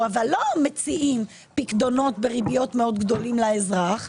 אבל לא מציעים פיקדונות בריביות מאוד גדולים לאזרח,